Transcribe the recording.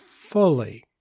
fully